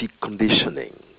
conditioning